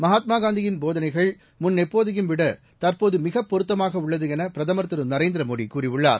மகாத்மா காந்தியின் போதனைகள் முன்னெப்போதையும் விட தற்போது மிகப் பொருத்தமாக உள்ளது என பிரதமர் திரு நரேந்திர மோடி கூறியுள்ளார்